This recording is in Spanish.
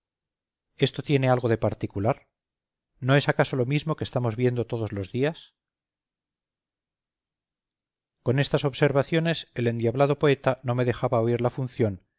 esto tiene algo de particular no es acaso lo mismo que estamos viendo todos los días con estas observaciones el endiablado poeta no me dejaba oír la función